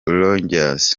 rangers